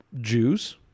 jews